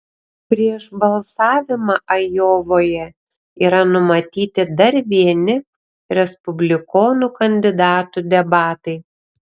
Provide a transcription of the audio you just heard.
prieš balsavimą ajovoje yra numatyti dar vieni respublikonų kandidatų debatai